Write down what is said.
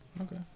Okay